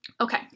Okay